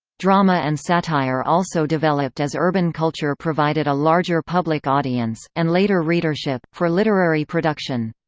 drama and satire also developed as urban culture provided a larger public audience, and later readership, for literary production.